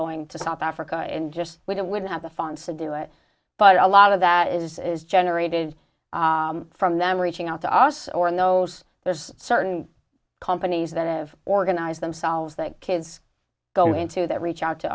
going to south africa and just wouldn't wouldn't have the funds to do it but a lot of that is is generated from them reaching out to us or in those there's certain companies that have organized themselves that kids go into that reach out to